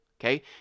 okay